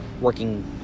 working